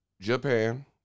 Japan